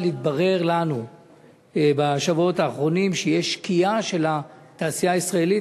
אבל התברר לנו בשבועות האחרונים שיש שקיעה של התעשייה הישראלית,